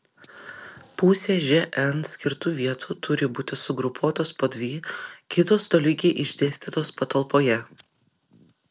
pusė žn skirtų vietų turi būti sugrupuotos po dvi kitos tolygiai išdėstytos patalpoje